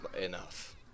enough